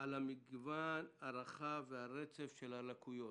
על המגוון הרחב והרצף של הלקויות.